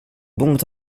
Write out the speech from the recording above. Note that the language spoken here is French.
bons